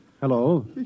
Hello